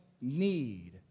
need